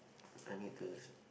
I need to s~